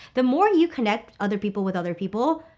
the more you connect other people with other people,